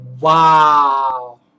Wow